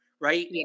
right